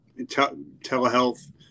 telehealth